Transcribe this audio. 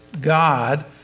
God